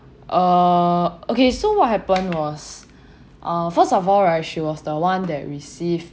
uh okay so what happen was uh first of all right she was the one that receive